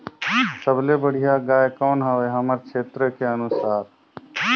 सबले बढ़िया गाय कौन हवे हमर क्षेत्र के अनुसार?